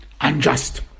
unjust